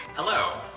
hello.